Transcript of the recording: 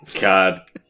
God